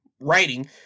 writing